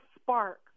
spark